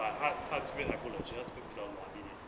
but 他他这边很不 legit 他这边比较 moody